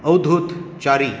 Avadhoot Chari